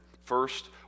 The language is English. First